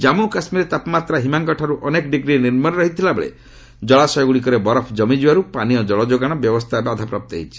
ଜାନ୍ଧ କାଶ୍ୱୀରେ ତାପମାତ୍ରା ହିମାଙ୍କଠାରୁ ଅନେକ ଡିଗ୍ରୀ ନିମ୍ବରେ ରହିଥିବା ବେଳେ ଜଳାଶୟଗୁଡ଼ିକରେ ବରଫ ଜମିଯିବାରୁ ପାନୀୟ ଜଳ ଯୋଗାଣ ବ୍ୟବସ୍ଥା ବାଧାପ୍ରାପ୍ତ ହୋଇଛି